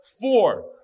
Four